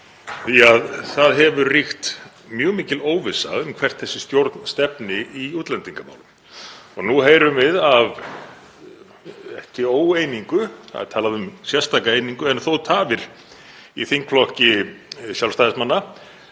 óvissa hefur ríkt um hvert þessi stjórn stefnir í útlendingamálum. Nú heyrum við af — ekki óeiningu, það er talað um sérstaka einingu, en þó tafir í þingflokki Sjálfstæðismanna